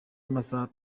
amasaha